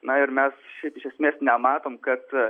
na ir mes iš esmės nematom kad